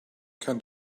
kind